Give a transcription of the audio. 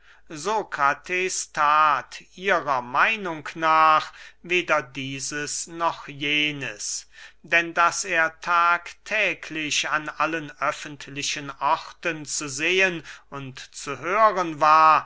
sokrates that ihrer meinung nach weder dieses noch jenes denn daß er tagtäglich an allen öffentlichen orten zu sehen und zu hören war